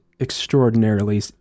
extraordinarily